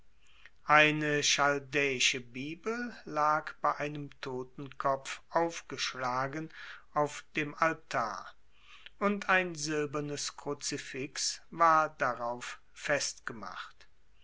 eine chaldäische bibel lag bei einem totenkopf aufgeschlagen auf dem altar und ein silbernes kruzifix war darauf festgemacht